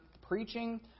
preaching